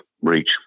reach